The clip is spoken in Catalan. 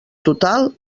total